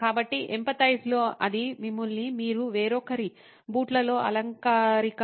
కాబట్టి ఎంపథైస్ లో అది మిమ్మల్ని మీరు వేరొకరి బూట్లలో అలంకారికంగా ఉంచడం